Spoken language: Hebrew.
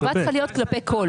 החובה צריכה להיות כלפי כל.